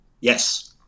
Yes